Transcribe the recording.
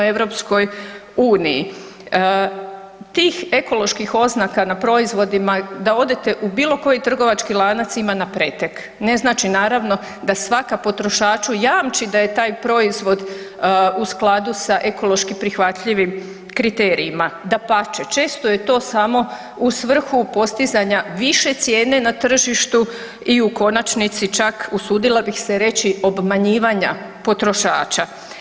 Tih ekoloških oznaka na proizvodima da odete u bilo koji trgovački lanac ima na pretek, ne znači naravno da svaka potrošaču jamči da je taj proizvod u skladu sa ekološki prihvatljivim kriterijima, dapače, često je to samo u svrhu postizanja više cijene na tržištu i u konačnici čak usudila bih se reći obmanjivanja potrošača.